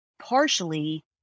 partially